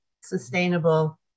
sustainable